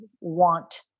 want